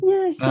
Yes